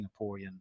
Singaporean